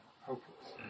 hopeless